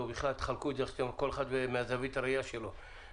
וכל אחד מזווית הראייה שלו,